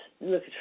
look